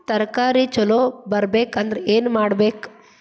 ತರಕಾರಿ ಛಲೋ ಬರ್ಬೆಕ್ ಅಂದ್ರ್ ಏನು ಮಾಡ್ಬೇಕ್?